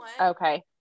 Okay